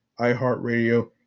iHeartRadio